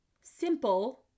simple